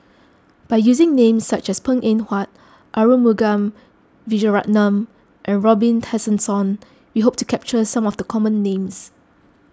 by using names such as Png Eng Huat Arumugam Vijiaratnam and Robin Tessensohn we hope to capture some of the common names